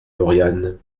lauriane